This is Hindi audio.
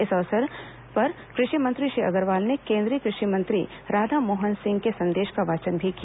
इस अवसर कृषि मंत्री श्री अग्रवाल ने केन्द्रीय कृषि मंत्री राधामोहन सिंह के संदेश का वाचन भी किया